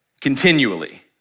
continually